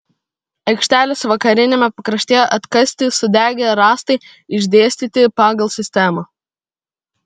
aikštelės vakariniame pakraštyje atkasti sudegę rąstai išdėstyti pagal sistemą